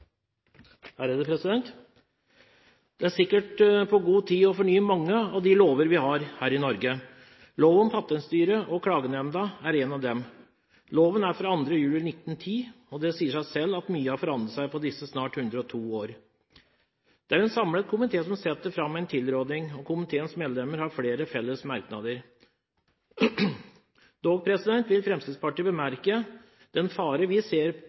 sikkert på høy tid å fornye mange av de lover vi har her i Norge. Lov om Patentstyret og Klagenemnda er en av dem. Loven er fra 2. juli 1910, og det sier seg selv at mye har forandret seg på disse snart 102 år. Det er en samlet komité som legger fram en tilråding, og komiteens medlemmer har flere felles merknader. Dog vil Fremskrittspartiet bemerke den fare vi ser